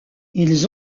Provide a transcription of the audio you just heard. ils